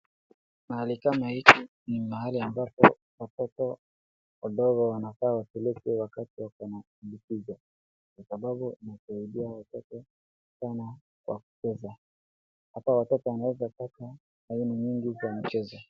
Mahali kama hiki ni mahali ambapo watoto wadogo wanafaa wapelekwe wakati wako na kujitunza, kwa sababu inasaidia watoto sana kwa kucheza, hata watoto wanaezapata iron nyingi kwa michezo.